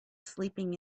sleeping